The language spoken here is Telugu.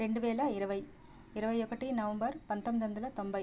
రెండు వేల ఇరవై ఇరవై ఒకటి నవంబర్ పంతొమ్మిది వందల తొంభై